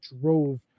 drove